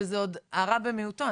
שזה עוד הרע במיעוטו,